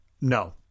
No